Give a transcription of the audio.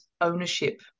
ownership